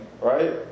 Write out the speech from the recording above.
right